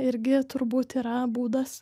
irgi turbūt yra būdas